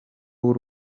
w’u